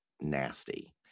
nasty